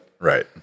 Right